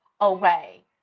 away